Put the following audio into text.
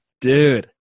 Dude